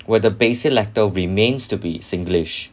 where the basic lactal remains to be singlish